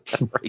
Right